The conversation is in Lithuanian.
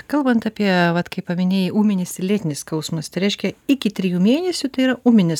kalbant apie vat kai paminėjai ūminis ir lėtinis skausmas tai reiškia iki trijų mėnesių tai yra ūminis